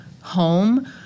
home